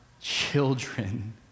children